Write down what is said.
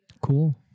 Cool